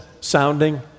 sounding